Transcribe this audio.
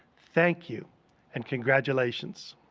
thank you and congratulations.